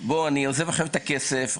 אני עוזב עכשיו את הכסף,